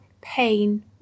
pain